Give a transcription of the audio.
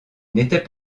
n’était